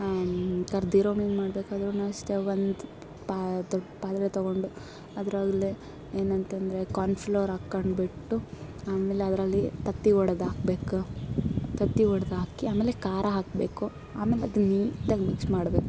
ಕರೆದಿರೋ ಮೀನು ಮಾಡಬೇಕಾದ್ರುನೂ ಅಷ್ಟೆ ಒಂದು ಪಾ ದೊಡ್ಡ ಪಾತ್ರೆ ತಗೊಂಡು ಅದರಲ್ಲಿ ಏನಂತ ಅಂದ್ರೆ ಕಾನ್ ಫ್ಲೋರ್ ಹಾಕೊಂಡ್ಬಿಟ್ಟು ಆಮೇಲೆ ಅದರಲ್ಲಿ ತತ್ತಿ ಒಡೆದು ಹಾಕ್ಬೇಕು ತತ್ತಿ ಒಡ್ದು ಹಾಕಿ ಆಮೇಲೆ ಖಾರ ಹಾಕಬೇಕು ಆಮೇಲೆ ಅದನ್ನ ನೀಟಾಗಿ ಮಿಕ್ಸ್ ಮಾಡಬೇಕು